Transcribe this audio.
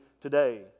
today